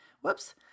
whoops